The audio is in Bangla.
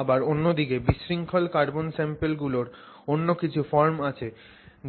আবার অন্য দিকে বিশৃঙ্খল কার্বন স্যাম্পল গুলোর অন্য কিছু ফর্ম আছে